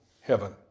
heaven